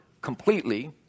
completely